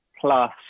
plus